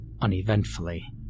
uneventfully